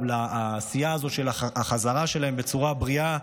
לעשייה הזאת של החזרה שלהם בצורה בריאה,